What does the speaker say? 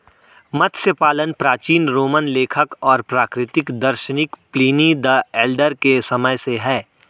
मत्स्य पालन प्राचीन रोमन लेखक और प्राकृतिक दार्शनिक प्लिनी द एल्डर के समय से है